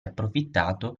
approfittato